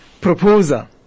proposal